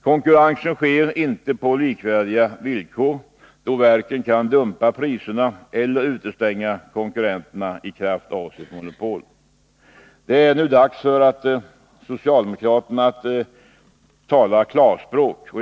Konkurrensen sker inte på likvärdiga villkor, då verken kan dumpa priserna eller utestänga konkurrenterna i kraft av sitt monopol. Det är nu dags för socialdemokraterna att tala klarspråk.